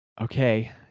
Okay